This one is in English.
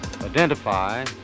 identify